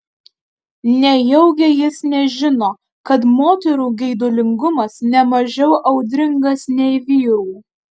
nejaugi jis nežino kad moterų geidulingumas ne mažiau audringas nei vyrų